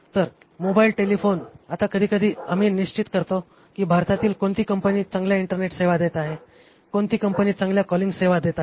तर mobile telephone आता कधीकधी आम्ही निश्चित करतो की भारतातील कोणती कंपनी चांगल्या इंटरनेट सेवा देत आहे कोणती कंपनी चांगल्या कॉलिंग सेवा देत आहेत